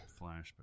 Flashback